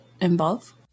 involve